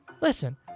Listen